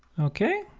okay.